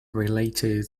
related